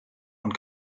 und